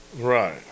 right